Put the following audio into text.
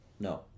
No